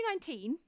2019